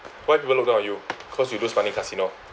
why people look donw on you cause you lose money casino